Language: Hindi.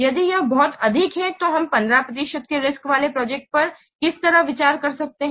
यदि यह बहुत अधिक है तो हम 15 प्रतिशत के रिस्क वाले प्रोजेक्ट पर किस तरह विचार कर सकते है